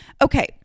Okay